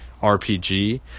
rpg